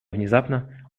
внезапно